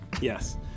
Yes